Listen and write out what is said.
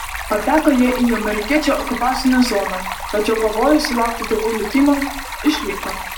pateko jie į amerikiečių okupacinę zoną tačiau pavojus sulaukti tėvų likimo išliko